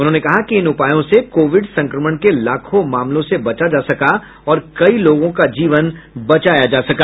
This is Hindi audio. उन्होंने कहा कि इन उपायों से कोविड संक्रमण के लाखों मामलों से बचा जा सका और कई लोगों का जीवन बचाया जा सका